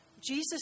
Jesus